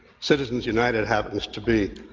citizens united happens to be